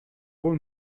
wohl